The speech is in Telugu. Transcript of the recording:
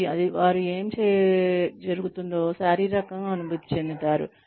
మరియు వారు ఏమి జరుగుతుందో శారీరకంగా అనుభూతి చెందుతారు